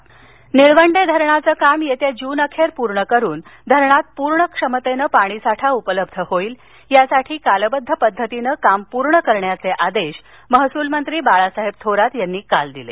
निळवंडे निळवंडे धरणाचं काम येत्या जूनअखेर पूर्ण करून धरणात पूर्ण क्षमतेनं पाणीसाठा उपलब्ध होईल यासाठी कालबद्ध पद्धतीनं काम पूर्ण करण्याचे आदेश महसूलमंत्री बाळासाहेब थोरात यांनी काल दिले